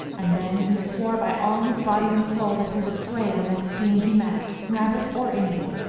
and then he swore by all his body and soul that he would slay the next being he met, rabbit or indian.